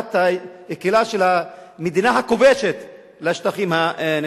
העברת הקהילה של המדינה הכובשת לשטחים הנכבשים.